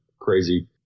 crazy